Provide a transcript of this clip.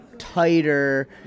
tighter